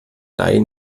laie